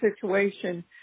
situation